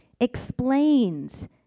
explains